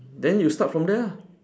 then you start from there ah